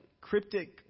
cryptic